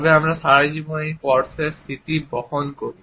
তবে আমরা সারা জীবন এই স্পর্শের স্মৃতি বহন করি